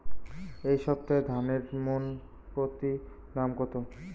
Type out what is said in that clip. এই সপ্তাহে ধানের মন প্রতি দাম কত?